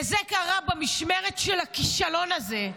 וזה קרה במשמרת של הכישלון הזה.